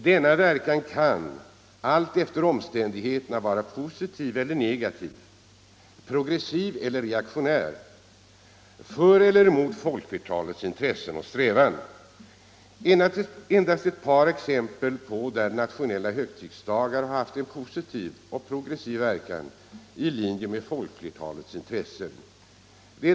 Denna verkan kan alltefter omständigheterna vara positiv eller negativ, progressiv eller reaktionär, för eller mot folkflertalets intressen och strävan. Nationella högtidsdagar kan alltså ha en positiv och progressiv verkan i linje med folkflertalets intressen.